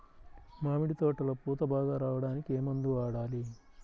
మామిడి తోటలో పూత బాగా రావడానికి ఏ మందు వాడాలి?